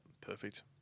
Perfect